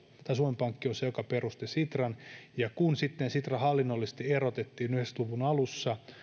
että suomen pankki on se joka perusti sitran ja kun sitten sitra hallinnollisesti erotettiin yhdeksänkymmentä luvun alussa